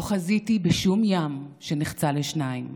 לא חזיתי בשום ים שנחצה לשניים,